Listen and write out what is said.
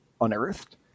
unearthed